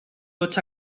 tots